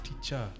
teacher